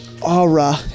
aura